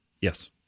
yes